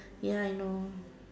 ya I know